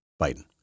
Biden